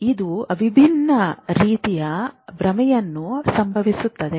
ಇದು ವಿಭಿನ್ನ ರೀತಿಯ ಭ್ರಮೆಯನ್ನು ಸಂಭವಿಸುತ್ತದೆ